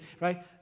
right